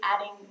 adding